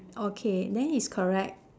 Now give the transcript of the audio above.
okay then it's correct